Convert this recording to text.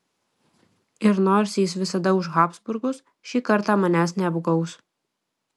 ir nors jis visada už habsburgus ši kartą manęs neapgaus